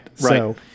Right